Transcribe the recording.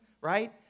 right